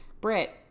Brit